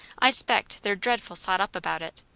i s'pect they're dreadful sot up about it.